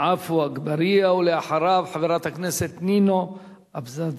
עפו אגבאריה, ולאחריו, חברת הכנסת נינו אבסזדה.